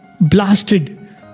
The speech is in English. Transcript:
blasted